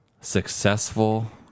successful